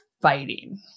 fighting